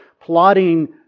plotting